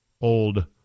old